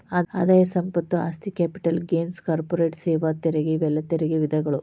ಆದಾಯ ಸಂಪತ್ತು ಆಸ್ತಿ ಕ್ಯಾಪಿಟಲ್ ಗೇನ್ಸ್ ಕಾರ್ಪೊರೇಟ್ ಸೇವಾ ತೆರಿಗೆ ಇವೆಲ್ಲಾ ತೆರಿಗೆ ವಿಧಗಳು